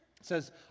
says